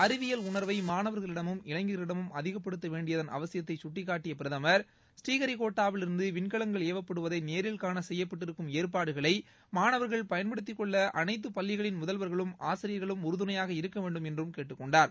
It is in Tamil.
அறிவியல் உணர்வை மாணவர்களிடமும் இளைஞர்களிடமும் அதிகப்படுத்த வேண்டியதன் அவசியத்தை சுட்டிக்காட்டிய பிரதமர் ஸ்ரீஹரிகோட்டாவிலிருந்து விண்கலங்கள் ஏவப்படுவதை நேரில்காண செய்யப்பட்டிருக்கும் ஏற்பாடுகளை மாணவர்கள் பயன்படுத்தி கொள்ள அனைத்து பள்ளிகளின் முதல்வர்களும் ஆசிரியர்களும் உறுதுணையாக இருக்க வேண்டும் என்று கேட்டுக் கொண்டார்